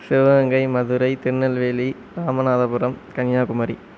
Sivaganga Madurai Tirunelveli Ramanathapuram Kanyakumari